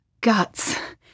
guts